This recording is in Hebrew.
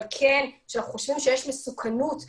אבל כן כשאנחנו חושבים שיש מסוכנות לציבור.